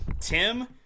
Tim